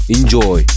Enjoy